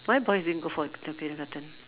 why boys didn't go for the kindergarten